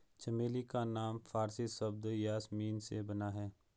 चमेली का नाम फारसी शब्द यासमीन से बना है